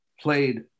played